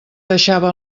deixava